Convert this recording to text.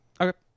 Okay